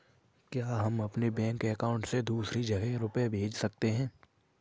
क्या हम अपने बैंक अकाउंट से दूसरी जगह रुपये भेज सकते हैं?